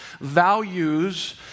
values